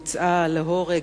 והוצאה להורג.